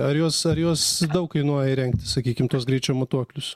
ar juos ar juos daug kainuoja įrengti sakykim tuos greičio matuoklius